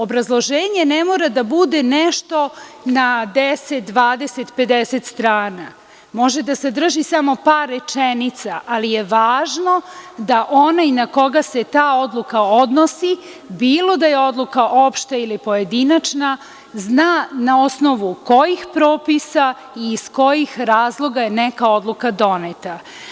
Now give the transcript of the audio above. Obrazloženje ne mora da bude nešto na deset, dvadeset ili pedeset strana, može da sadrži samo par rečenica, ali je važno da onaj na koga se ta odluka odnosi, bilo da je odluka opšta ili pojedinačna, zna na osnovu kojih propisa i iz kojih razloga je neka odluka doneta.